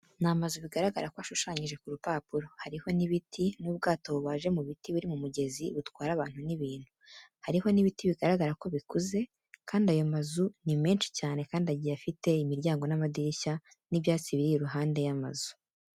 Ni amazu bigaragara ko ashushanyije ku rupapuro, hariho n'ibiti n'ubwato bubaje mu biti buri mu mugezi, butwara abantu ni bintu, hariho n'ibiti bigaragara ko bikuze kandi ayo mazu ni menshi cyane kandi agiye afite imiryango n'amadirishya n'ibyatsi biri iruhande y'amazu.